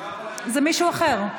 זה מישהו אחר.